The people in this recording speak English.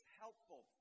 helpful